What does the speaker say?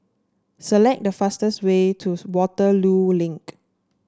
select the fastest way twos Waterloo Link